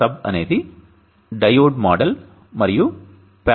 sub అనేది diode model మరియు parallel